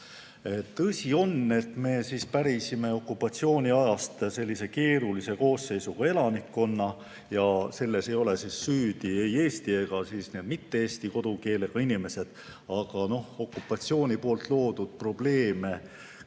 Tõsi on, et me pärisime okupatsiooniajast sellise keerulise koosseisuga elanikkonna ja selles ei ole süüdi ei eesti ega mitte-eesti kodukeelega inimesed. Aga okupatsiooni loodud probleeme